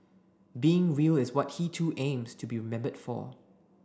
being real is what he too aims to be remembered for